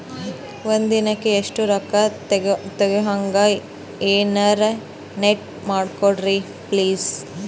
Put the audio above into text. ಒಂದಿನಕ್ಕ ಇಷ್ಟೇ ರೊಕ್ಕ ತಕ್ಕೊಹಂಗ ಎನೆರೆ ಸೆಟ್ ಮಾಡಕೋಡ್ರಿ ಪ್ಲೀಜ್?